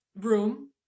room